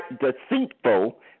deceitful